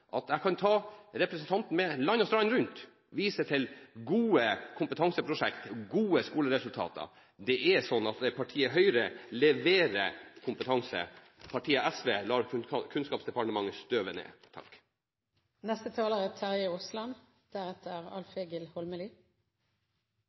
Så jeg kan ta med representanten Holmelid land og strand rundt og vise til gode kompetanseprosjekt og skoleresultater. Det er slik at partiet Høyre leverer kompetanse. Partiet SV lar Kunnskapsdepartementet støve ned.